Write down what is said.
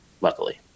luckily